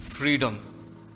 Freedom